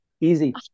Easy